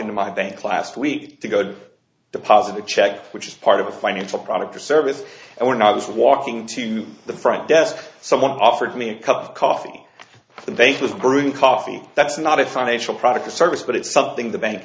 into my bank last week to go to the positive check which is part of a financial product or service and when i was walking to the front desk someone offered me a cup of coffee the vases brewed coffee that's not a financial product or service but it's something the bank